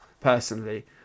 personally